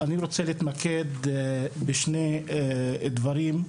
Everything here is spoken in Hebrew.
אני רוצה להתמקד בשני דברים: